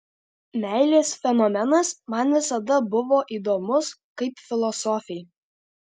meilės fenomenas man visada buvo įdomus kaip filosofei